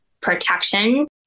protection